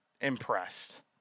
impressed